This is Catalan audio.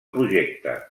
projecte